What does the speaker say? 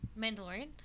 Mandalorian